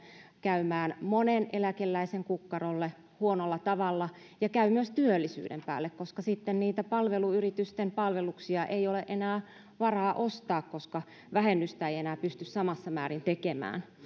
käymään monen eläkeläisen kukkarolle huonolla tavalla ja käy myös työllisyyden päälle koska sitten niitä palveluyritysten palveluksia ei ole enää varaa ostaa koska vähennystä ei enää pysty samassa määrin tekemään